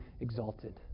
exalted